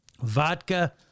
vodka